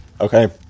Okay